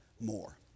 more